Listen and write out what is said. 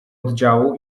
oddziału